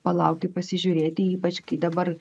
palaukti pasižiūrėti ypač kai dabar